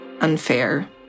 Unfair